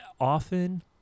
often